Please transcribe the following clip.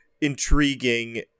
intriguing